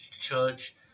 church